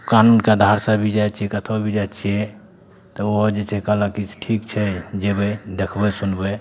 कानूनके आधारसँ भी जाइ छियै कतौ भी जाइ छियै तऽ ओहो जे छै कहलक की से ठीक छै जेबय देखबय सुनबय